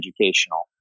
educational